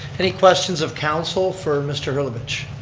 any questions of council for mr. herlovich?